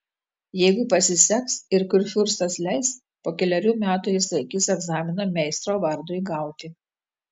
jeigu pasiseks ir kurfiurstas leis po kelerių metų jis laikys egzaminą meistro vardui gauti